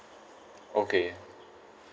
okay